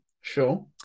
sure